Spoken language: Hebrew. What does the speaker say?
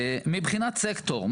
מבחינת סקטור,